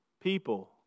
people